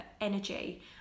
energy